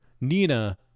nina